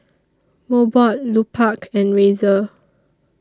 Mobot Lupark and Razer